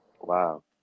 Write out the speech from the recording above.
Wow